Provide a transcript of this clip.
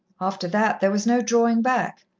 after that, there was no drawing back.